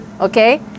okay